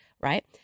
right